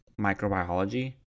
Microbiology